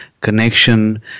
connection